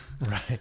Right